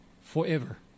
forever